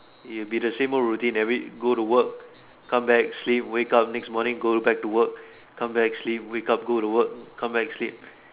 it'll be the same routine every go to work come back sleep wake up next morning go to back to work come back sleep wake up go to work come back sleep